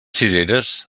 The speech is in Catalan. cireres